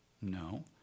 no